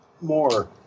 more